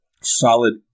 solid